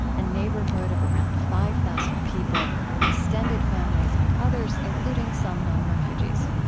a neighborhood of around five thousand people extended families and others, including some non-refugees.